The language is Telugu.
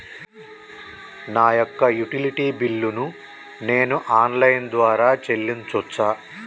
నా యొక్క యుటిలిటీ బిల్లు ను నేను ఆన్ లైన్ ద్వారా చెల్లించొచ్చా?